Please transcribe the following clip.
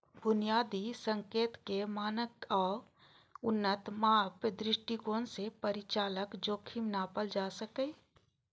बुनियादी संकेतक, मानक आ उन्नत माप दृष्टिकोण सं परिचालन जोखिम नापल जा सकैए